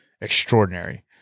extraordinary